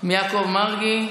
יעקב מרגי.